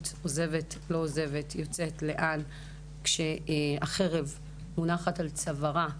של עוזבת או לא עוזבת ויוצאת ולאן כשהחרב מונחת על צווארה,